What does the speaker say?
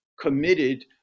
committed